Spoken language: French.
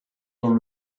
dans